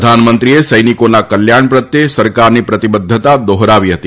પ્રધાનમંત્રીએ સૈનિકોના કલ્યાણ પ્રત્યે સરકારની પ્રતિબદ્ધતા દોહરાવી હતી